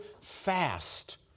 fast